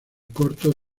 corto